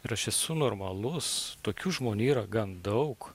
ir aš esu normalus tokių žmonių yra gan daug